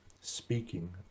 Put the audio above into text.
speaking